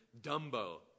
Dumbo